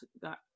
got